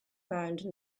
found